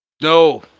No